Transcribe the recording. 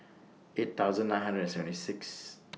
eight thousand nine hundred and seventy Sixth